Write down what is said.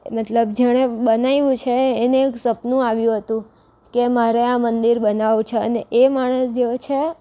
મતલબ જેણે બનાવ્યું છે એેને એક સપનું આવ્યું હતું કે મારે આ મંદિર બનાવું છે અને એ માણસ જેવો છે